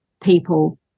people